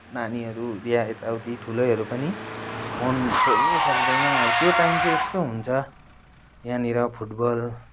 नानीहरू बिहा यता उती ठुलैहरू पनि फोन छोड्नु सक्दैन अब त्यो टाइम चाहिँ यस्तो हुन्छ यहाँनिर फुटबल